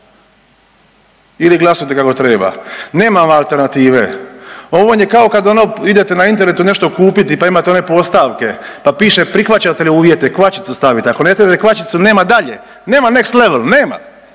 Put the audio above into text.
ili glasujte kako treba, nema vam alternative, ovo vam je kao kad ono idete na internetu nešto kupiti, pa imate one postavke, pa piše prihvaćate li uvjete, kvačicu stavite, ako ne stavite kvačicu nema dalje, nema next level, nema,